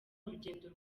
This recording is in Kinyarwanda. urugendo